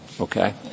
Okay